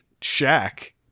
shack